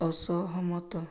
ଅସହମତ